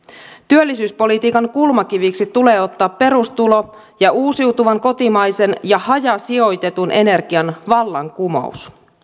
työllisyyspolitiikan kulmakiviksi tulee ottaa perustulo ja uusiutuvan kotimaisen ja hajasijoitetun energian vallankumous